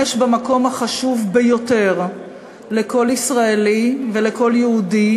במקום החשוב ביותר לכל ישראלי ולכל יהודי,